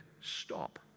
stop